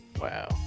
Wow